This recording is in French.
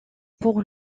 pour